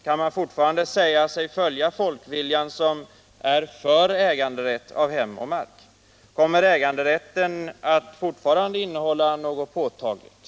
Kan man fortfarande säga sig följa folkviljan som är för äganderätt av hem och mark? Kommer äganderätten fortfarande att innehålla något påtagligt?